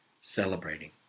celebrating